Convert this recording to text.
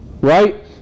right